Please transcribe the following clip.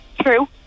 true